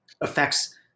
affects